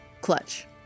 Clutch